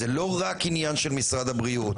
זה לא רק עניין של משרד הבריאות.